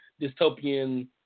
dystopian